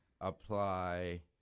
apply